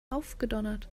aufgedonnert